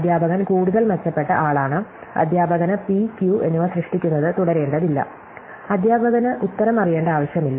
അധ്യാപകൻ കൂടുതൽ മെച്ചപ്പെട്ട ആളാണ് അധ്യാപകന് p q എന്നിവ സൃഷ്ടിക്കുന്നത് തുടരേണ്ടതില്ല അധ്യാപകന് ഉത്തരം അറിയേണ്ട ആവശ്യമില്ല